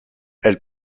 elle